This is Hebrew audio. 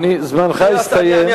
אדוני, זמנך הסתיים.